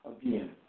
again